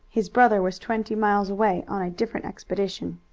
his brother was twenty miles away on a different expedition.